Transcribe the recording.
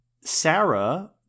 Sarah